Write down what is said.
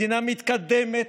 מדינה מתקדמת,